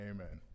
Amen